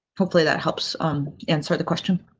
hopefully, that helps answer the question.